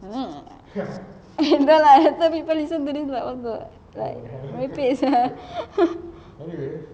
um no lah later people listen to this like what the like merepek sia